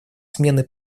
смены